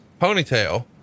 ponytail